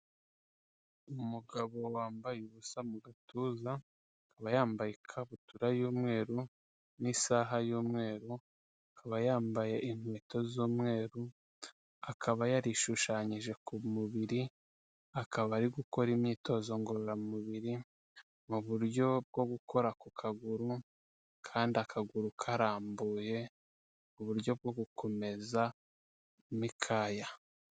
Umugabo wambaye ubusa mu gatuza, akaba yambaye ikabutura y'umweru n'isaha y'umweru, akaba yambaye inkweto z'umweru, akaba yarishushanyije ku mubiri, akaba ari gukora imyitozo ngororamubiri mu buryo bwo gukora ku kaguru kandi akaguru karambuye, uburyo bwo gukomeza imikaya.